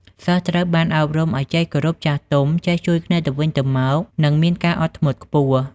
សិស្សត្រូវបានអប់រំឲ្យចេះគោរពចាស់ទុំ ចេះជួយគ្នាទៅវិញទៅមក និងមានការអត់ធ្មត់ខ្ពស់។